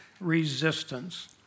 resistance